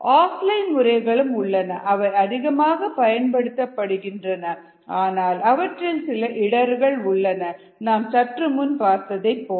offline முறைகளும் உள்ளன அவை அதிகமாக பயன்படுத்தப்படுகின்றன ஆனால் அவற்றில் சில இடர்கள் உள்ளன நாம் சற்று முன் பார்த்ததைப் போல